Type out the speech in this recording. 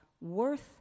worth